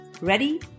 Ready